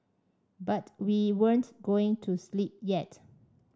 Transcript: but we weren't going to sleep yet